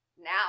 now